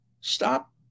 Stop